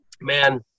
Man